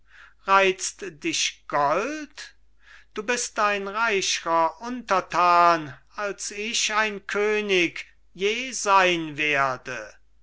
reizt dich gold du bist ein reichrer untertan als ich ein könig je sein werde